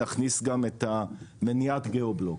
נכניס גם את מניעת ה-geoblock.